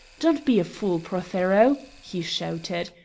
don't be a fool, prothero! he shouted.